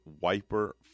wiper